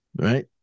Right